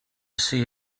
see